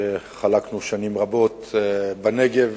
שחלקנו שנים רבות בנגב,